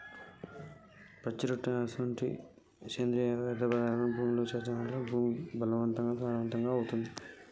పచ్చిరొట్ట అసొంటి సేంద్రియ పదార్థాలను భూమిలో సేర్చడం ద్వారా భూమి సారవంతమవుతుంది